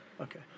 okay